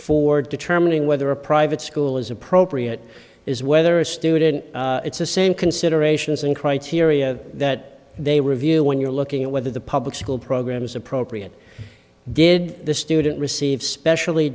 for determining whether a private school is appropriate is whether a student it's the same considerations in criteria that they review when you're looking at whether the public school program is appropriate did the student receive specially